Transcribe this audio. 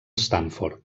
stanford